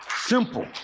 Simple